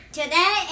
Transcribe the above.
Today